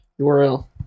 URL